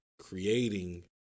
creating